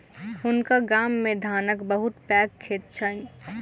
हुनका गाम मे धानक बहुत पैघ खेत छैन